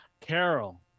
Carol